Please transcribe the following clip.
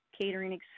catering